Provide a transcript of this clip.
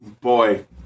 Boy